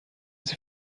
sie